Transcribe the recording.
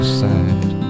side